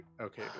okay